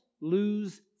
lose